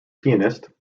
pianist